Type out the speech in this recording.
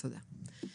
תודה.